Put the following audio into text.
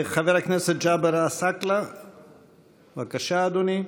חבר הכנסת ג'אבר עסאקלה, בבקשה, אדוני.